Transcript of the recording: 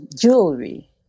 jewelry